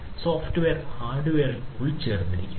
software ഹാർഡ്വെയറിൽ ഉൾച്ചേർത്തിരിക്കുന്നു